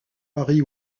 paris